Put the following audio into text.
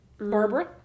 Barbara